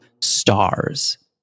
stars